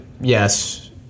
yes